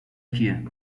کیه